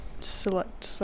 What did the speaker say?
Select